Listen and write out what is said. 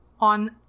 on